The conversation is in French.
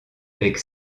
avec